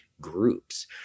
groups